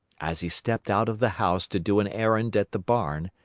as he stepped out of the house to do an errand at the barn,